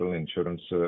insurance